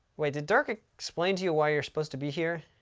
wait, did dirk explain to you why you're supposed to be here?